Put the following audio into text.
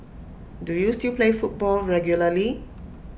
do you still play football regularly